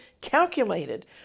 calculated